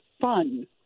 fun